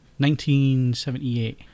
1978